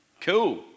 Cool